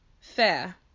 fair